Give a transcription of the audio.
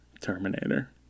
Terminator